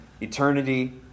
eternity